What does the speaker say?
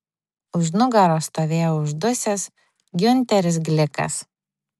už nugaros stovėjo uždusęs giunteris glikas